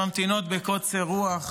שממתינות בקוצר רוח,